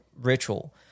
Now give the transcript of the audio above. Ritual